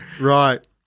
Right